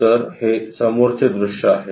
तर हे समोरचे दृश्य आहे